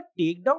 takedown